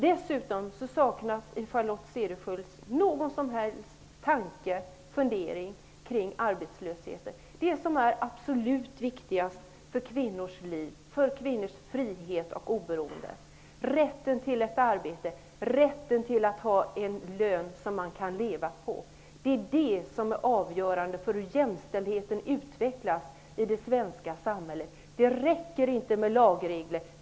Det saknas i Charlotte Cederschiölds anförande någon som helst tanke eller fundering om arbetslösheten, dvs. det som är absolut viktigast för kvinnors liv, frihet och oberoende: rätten till ett arbete, rätten till att ha en lön som man kan leva på. Det är det avgörande för hur jämställdheten utvecklas i det svenska samhället. Det räcker inte med lagregler.